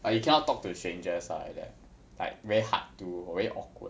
but you cannot talk to strangers ah like that like very hard to or very awkward